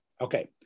Okay